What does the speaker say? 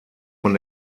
von